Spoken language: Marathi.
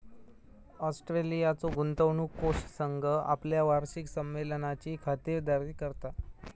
ऑस्ट्रेलियाचो गुंतवणूक कोष संघ आपल्या वार्षिक संमेलनाची खातिरदारी करता